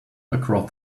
across